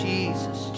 Jesus